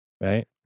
Right